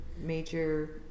major